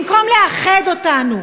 במקום לאחד אותנו,